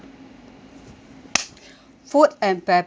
food and beverage